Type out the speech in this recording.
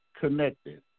connected